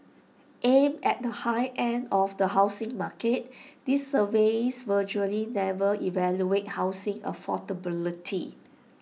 aimed at the high end of the housing market these surveys virtually never evaluate housing affordability